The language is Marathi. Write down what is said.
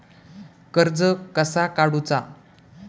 कर्ज कसा काडूचा?